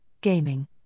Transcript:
gaming